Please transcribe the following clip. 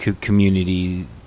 community